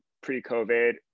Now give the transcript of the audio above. pre-covid